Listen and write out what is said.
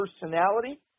personality